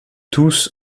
tous